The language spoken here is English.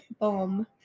bomb